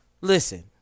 listen